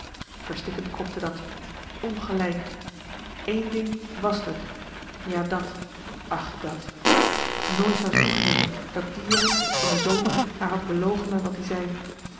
verstikkend kropte dat ongelijk eén ding wàs d'er ja dat ach dat nooit zou ze toegeven dat de jongen van de zomer haar had belogen met wat ie zei